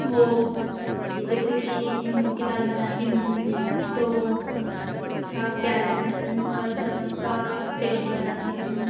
वह जैसे कि मैं मूँग की दाल बनाती हूँ तो अच्छा प्याज लहसन और अदरक का पेस्ट बनाती हूँ